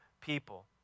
people